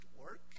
work